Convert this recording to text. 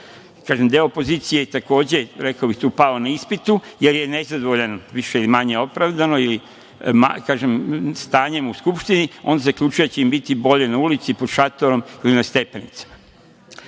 deo opozicije je, rekao bih, tu pao na ispitu, jer je nezadovoljan, više ili manje, opravdano, stanjem u Skupštini. Oni zaključuje da je bolje biti na ulici, pod šatorom, ili na stepenicima. Ovo